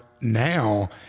now